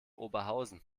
oberhausen